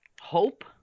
hope